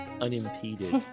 unimpeded